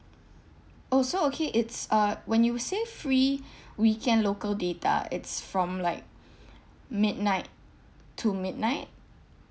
orh so okay it's uh when you say free weekend local data it's from like midnight to midnight